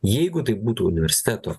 jeigu tai būtų universiteto